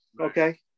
Okay